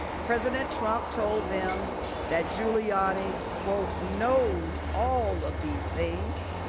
president trump told them that giuliani, quote, knows all of these things.